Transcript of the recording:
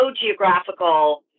geographical